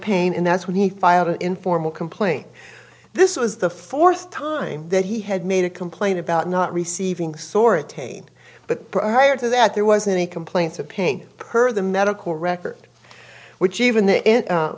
pain and that's when he filed an informal complaint this was the fourth time that he had made a complaint about not receiving soriatane but prior to that there wasn't any complaints of pain per the medical record which even the